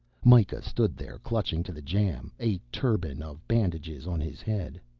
mikah stood there, clutching to the jamb, a turban of bandages on his head.